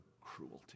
cruelty